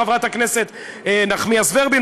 חברת הכנסת נחמיאס ורבין,